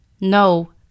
No